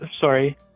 Sorry